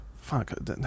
fuck